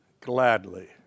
gladly